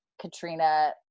Katrina